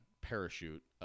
parachute